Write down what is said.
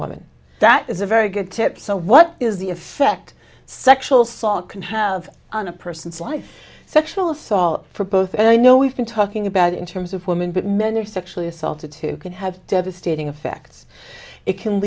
woman that is a very good tip so what is the effect sexual sot can have on a person's life sexual assault for both and i know we've been talking about in terms of women but men are sexually assaulted too can have devastating effects it can